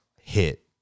hit